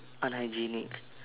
unhygienic